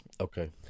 Okay